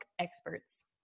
experts